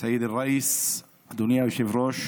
סייד א-ראיס, אדוני היושב-ראש,